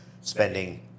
spending